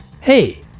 Hey